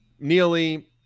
Neely